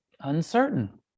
uncertain